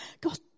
God